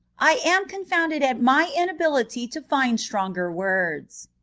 i am confounded at my inability to find stronger words.